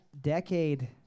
decade